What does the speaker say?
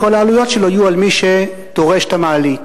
כל העלויות שלו יהיו על מי שדורש את המעלית.